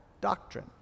doctrine